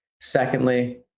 secondly